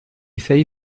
say